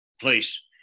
place